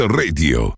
radio